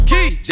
Key